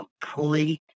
complete